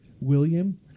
William